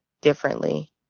differently